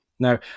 Now